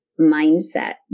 mindset